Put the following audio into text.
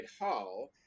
Hall